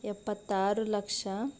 ಎಪ್ಪತ್ತಾರು ಲಕ್ಷ